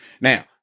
Now